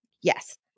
Yes